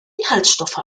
inhaltsstoffe